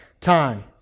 time